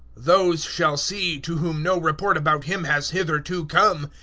those shall see, to whom no report about him has hitherto come,